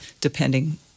depending